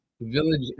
Village